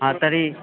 हा तर्हि